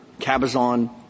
Cabazon